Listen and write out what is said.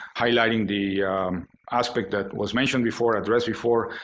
highlighting the aspect that was mentioned before, addressed before,